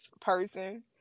person